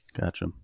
Gotcha